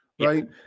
Right